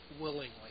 willingly